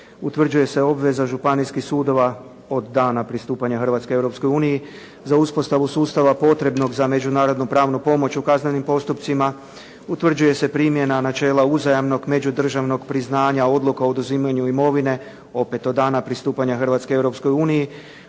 utvrđuje se obveza Županijskih sudova od dana pristupanja Hrvatske Europskoj uniji za uspostavu sustava potrebnog za međunarodno pravnu pomoć u kaznenom postupcima, utvrđuje se primjena načela uzajamnog međudržavnog priznanja odluka o oduzimanju imovine, opet od dana pristupanja Hrvatske